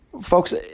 Folks